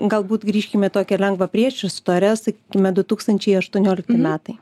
galbūt grįžkime į tokią lengvą priešistorę sakykime du tūkstančiai aštuoniolikti metai